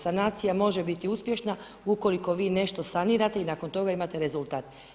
Sanacija može biti uspješna ukoliko vi nešto sanirate i nakon toga imate rezultat.